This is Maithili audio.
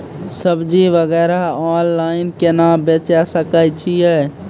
सब्जी वगैरह ऑनलाइन केना बेचे सकय छियै?